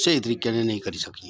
स्हेई तरीके कन्नै नेईं करी सकी